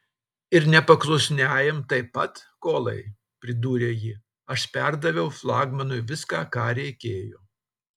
ir nepaklusniajam taip pat kolai pridūrė ji aš perdaviau flagmanui viską ką reikėjo